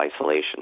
isolation